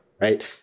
Right